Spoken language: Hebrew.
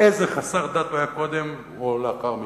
איזה חסר דת הוא היה קודם או לאחר מכן.